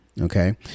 okay